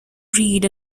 breed